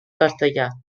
castellà